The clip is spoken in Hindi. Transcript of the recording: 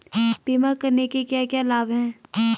बीमा करने के क्या क्या लाभ हैं?